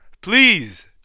Please